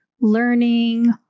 learning